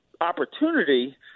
opportunity